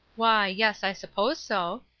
why, yes, i suppose so.